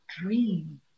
Dream